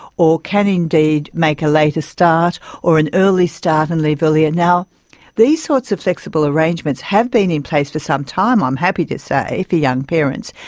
or can indeed make a later start or an early start and leave earlier. these these sorts of flexible arrangements have been in place for some time, i'm happy to say, for young parents,